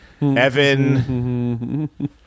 Evan